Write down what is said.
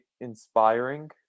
inspiring